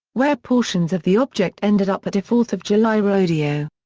where portions of the object ended up at a fourth of july rodeo.